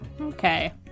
Okay